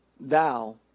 thou